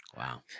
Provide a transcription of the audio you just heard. Wow